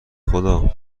خدا